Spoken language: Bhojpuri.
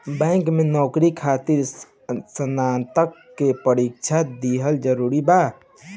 बैंक में नौकरी खातिर स्नातक के परीक्षा दिहल जरूरी बा?